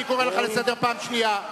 אני קורא לך לסדר פעם שנייה.